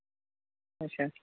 اَچھا